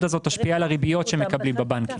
הזו תשפיע על הריביות שמקבלים בבנקים.